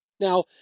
Now